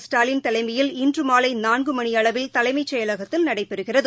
ஸ்டாலின் தலைமையில் இன்று மாலை நான்கு மணியளவில் தலைமைச் செயலகத்தில் நடைபெறுகிறது